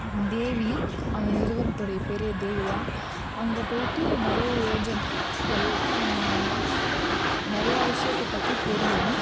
தேவி அந்த நிறுவனத்துடைய பேரே வந்து தேவி தான் அங்கே போயிவிட்டு நிறைய ஏஜென்ட்கள் நிறையா விஷயத்த பற்றி தெரியும்